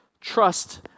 trust